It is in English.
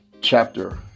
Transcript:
chapter